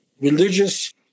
religious